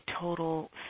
total